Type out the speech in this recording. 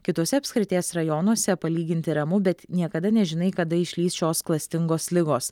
kituose apskrities rajonuose palyginti ramu bet niekada nežinai kada išlįs šios klastingos ligos